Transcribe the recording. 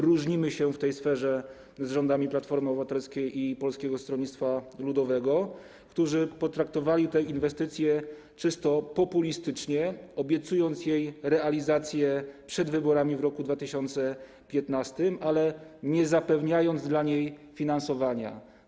Różnimy się w tej sferze od rządów Platformy Obywatelskiej i Polskiego Stronnictwa Ludowego, które potraktowały tę inwestycję czysto populistycznie, obiecując jej realizację przed wyborami w 2015 r., ale nie zapewniając dla niej finansowania.